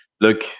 look